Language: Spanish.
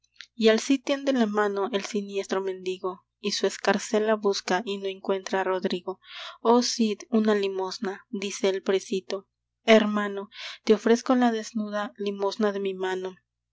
y al cid tiende la mano el siniestro mendigo y su escarcela busca y no encuentra rodrigo oh cid una limosna dice el precito hermano te ofrezco la desnuda limosna de mi mano